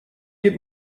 gib